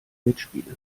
mitspielen